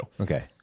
okay